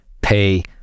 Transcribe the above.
pay